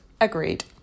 Agreed